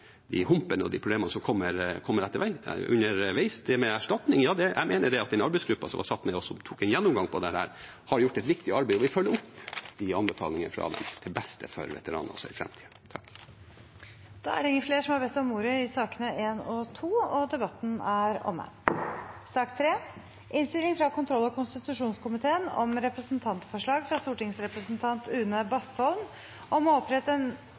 de humpene og de problemene som kommer underveis. Til det med erstatning: Ja, jeg mener at den arbeidsgruppen som var satt ned, og som tok en gjennomgang av dette, har gjort et viktig arbeid, og vi følger opp anbefalingene fra dem, til beste for veteraner også i framtida. Flere har ikke bedt om ordet til sakene nr. 1 og 2. Etter ønske fra kontroll- og konstitusjonskomiteen vil presidenten ordne debatten slik: 5 minutter til hver partigruppe og